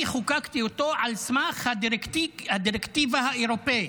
אני חוקקתי אותו על סמך הדירקטיבה האירופית,